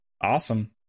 Awesome